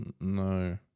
No